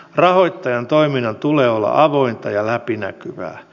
rahoittajan toiminnan tulee olla avointa ja läpinäkyvää